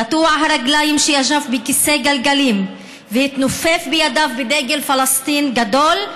קטוע רגליים שישב בכיסא גלגלים ונופף בידיו בדגל פלסטין גדול,